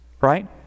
right